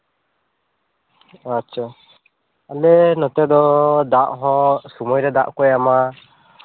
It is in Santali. ᱟᱪᱪᱷᱟ ᱟᱞᱮ ᱱᱚᱛᱮ ᱫᱚ ᱫᱟᱜ ᱦᱚᱸ ᱥᱚᱢᱚᱭ ᱨᱮ ᱫᱟᱜ ᱠᱚ ᱮᱢᱟ